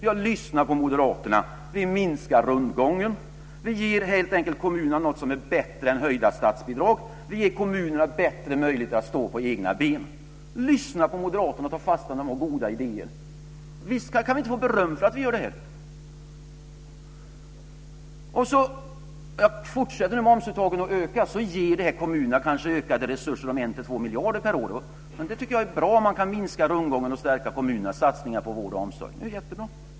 Vad vi nu gör är att vi minskar rundgången. Vi ger helt enkelt kommunerna något som är bättre än höjda statsbidrag. Vi ger kommunerna bättre möjligheter att stå på egna ben. Vi lyssnar på moderaterna när de har goda idéer och tar fasta på dem. Kan vi inte få beröm för att vi gör det? Fortsätter momsuttagen att öka ger det kommunerna ökade resurser om kanske 1-2 miljarder per år. Det är bra om man kan minska rundgången och stärka kommunernas satsningar på vård och omsorg. Det är jättebra.